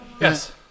Yes